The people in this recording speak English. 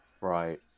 right